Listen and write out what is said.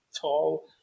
tall